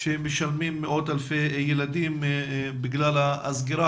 שמשלמים מאות אלפי ילדים בגלל הסגירה